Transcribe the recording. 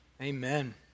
Amen